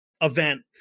event